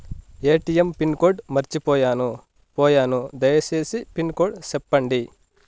ATM pin code మర్చిపోయాను పోయాను దయసేసి పిన్ కోడ్ సెప్పండి?